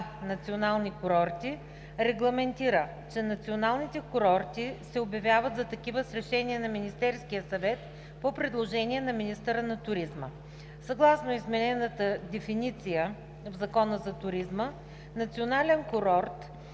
„Национални курорти“, регламентира, че националните курорти се обявяват за такива с решение на Министерския съвет по предложение на министъра на туризма. Съгласно изменената дефиниция в Закона за туризма, „национален курорт“